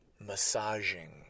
massaging